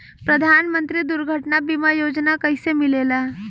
प्रधानमंत्री दुर्घटना बीमा योजना कैसे मिलेला?